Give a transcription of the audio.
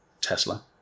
Tesla